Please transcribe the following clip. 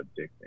addicting